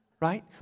right